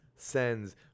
Sends